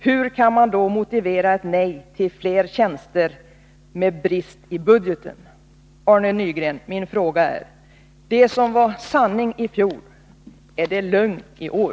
Hur kan man då motivera ett nej till fler tjänster med brist i budgeten?” Arne Nygren, min fråga är: Det som var sanning i fjol, är det lögn i år?